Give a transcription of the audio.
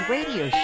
Radio